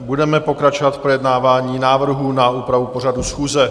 Budeme pokračovat v projednávání návrhů na úpravu pořadu schůze.